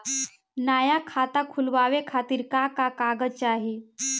नया खाता खुलवाए खातिर का का कागज चाहीं?